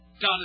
God